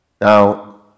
now